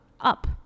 up